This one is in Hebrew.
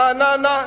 רעננה,